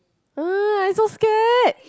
uh I so scared